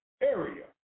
area